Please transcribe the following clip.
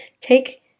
take